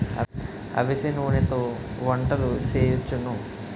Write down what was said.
అవిసె నూనెతో వంటలు సేయొచ్చును